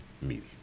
Media